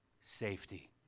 Safety